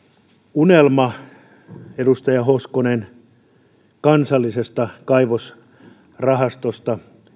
unelma edustaja hoskonen kansallisesta kaivosrahastosta